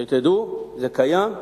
שתדעו, זה קיים,